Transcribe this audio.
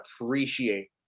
appreciate